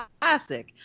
classic